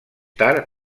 tard